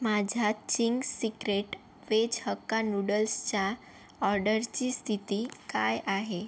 माझ्या Ching's secret veg hakka नूडल्सच्या ऑडरची स्थिती काय आहे